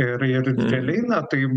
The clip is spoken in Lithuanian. ir ir realiai na tai